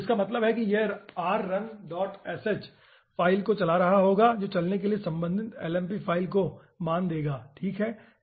तो इसका मतलब है यह इस r runsh फ़ाइल को चला रहा होगा जो चलने के लिए संबंधित lmp फ़ाइल को मान देगा ठीक है